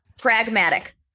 pragmatic